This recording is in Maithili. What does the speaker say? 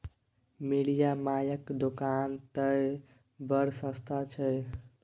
मिरिया मायक दोकान तए बड़ सस्ता छै